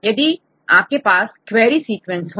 यदि आपके पास क्वेरी सीक्वेंस हो